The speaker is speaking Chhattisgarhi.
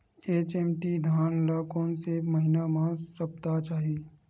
एच.एम.टी धान ल कोन से महिना म सप्ता चाही?